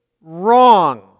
wrong